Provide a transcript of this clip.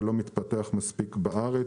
אבל לא מתפתח מספיק בארץ.